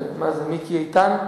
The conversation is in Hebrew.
מה זה, מיקי איתן?